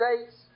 States